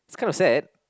it's kind of sad